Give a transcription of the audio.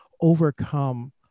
overcome